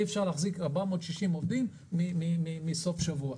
אי אפשר להחזיק 460 עובדים מסוף שבוע.